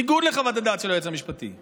בניגוד לחוות הדעת של היועץ המשפטי.